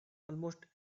almost